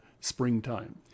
springtime